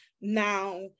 now